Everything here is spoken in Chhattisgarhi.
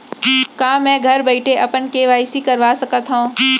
का मैं घर बइठे अपन के.वाई.सी करवा सकत हव?